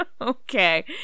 okay